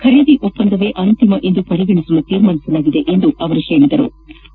ಖರೀದಿ ಒಪ್ಪಂದವೇ ಅಂತಿಮ ಎಂದು ಪರಿಗಣಿಸಲು ತೀರ್ಮಾನಿಸಲಾಗಿದೆ ಎಂದರು